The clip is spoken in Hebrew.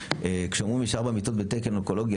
כשאומרים שיש ארבע מיטות בתקן אונקולוגיה,